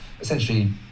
essentially